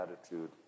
attitude